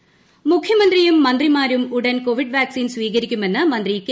K Shailaja മുഖ്യമന്ത്രിയും മന്ത്രിമാരും ഉടൻ കൊവിഡ് വാക്സിൻ സ്വീകരിക്കുമെന്ന് മന്ത്രി കെ